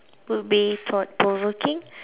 would be thought provoking